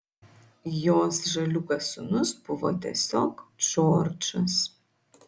jos žaliūkas sūnus buvo tiesiog džordžas